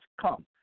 come